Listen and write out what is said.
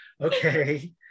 Okay